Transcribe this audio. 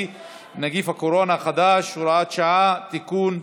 (נגיף הקורונה החדש) (הוראת שעה) (תיקון),